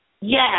Yes